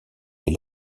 les